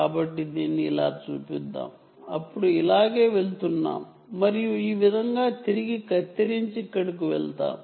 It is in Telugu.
కాబట్టి దీన్ని ఇలా చూపిద్దాం అప్పుడు ఇది ఇలా వుంది ఇది ఇలా వుంది ఇది ఇలా కత్తిరించినట్లు ఉంది